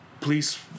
please